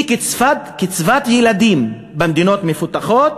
כי קצבת ילדים במדינות מפותחות